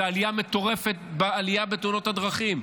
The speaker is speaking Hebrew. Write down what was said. זו עלייה מטורפת בתאונות הדרכים.